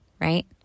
right